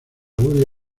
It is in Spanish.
woody